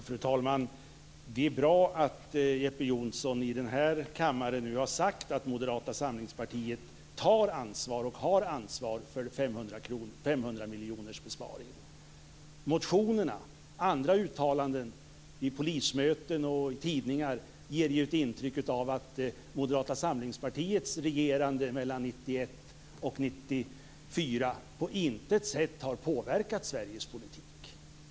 Fru talman! Det är bra att Jeppe Johnsson nu i denna kammare har sagt att Moderata samlingspartiet har ansvar för 500-miljonersbesparingen. Uttalanden i motionerna, vid polismöten och i tidningar ger ju ett intryck av att Moderata samlingspartiets regerande mellan 1991 och 1994 på intet sätt har påverkat Sveriges politik.